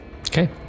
Okay